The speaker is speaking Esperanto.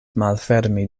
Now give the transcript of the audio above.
malfermi